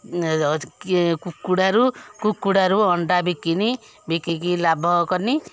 ଅଯ କିଏ କୁକୁଡ଼ାରୁ କୁକୁଡ଼ାରୁ ଅଣ୍ଡା ବିକିନି ବିକିକି ଲାଭ କନି